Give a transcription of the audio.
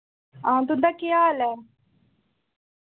हां तुं'दा केह् हाल ऐ